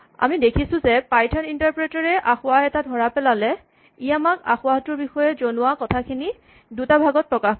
আমি দেখিছোঁ যে পাইথন ইন্টাৰপ্ৰেটৰ এ আসোঁৱাহ এটা ধৰা পেলালে ই আমাক আসোঁৱাহটোৰ বিষয়ে জনোৱা কথাখিনি দুটা ভাগত প্ৰকাশ কৰে